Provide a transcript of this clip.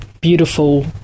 beautiful